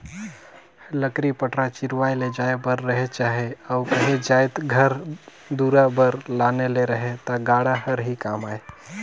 लकरी पटरा चिरवाए ले जाए बर रहें चहे अउ काही जाएत घर दुरा बर लाने ले रहे ता गाड़ा हर ही काम आए